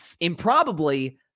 improbably